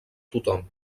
tothom